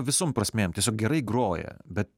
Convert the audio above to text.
visom prasmėm tiesiog gerai groja bet